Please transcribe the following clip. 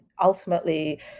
ultimately